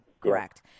correct